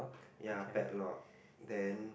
ya padlock then